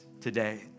today